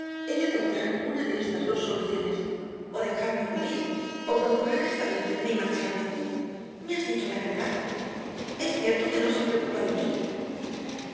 he de adoptar una de estas dos soluciones o dejarme morir o procurar restablecerme y marcharme me has dicho la verdad es cierto que no se preocupa de mí